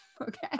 Okay